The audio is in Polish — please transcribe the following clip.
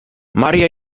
maria